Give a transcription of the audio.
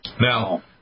Now